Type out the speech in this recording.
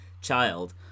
child